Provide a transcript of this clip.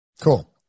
Cool